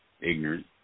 ignorant